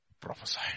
prophesy